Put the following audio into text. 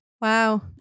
Wow